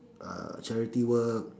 uh charity work